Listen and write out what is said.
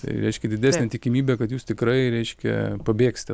tai reiškia didesnė tikimybė kad jūs tikrai reiškia pabėgsite